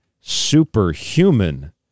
superhuman